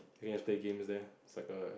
you know just play games there it's like a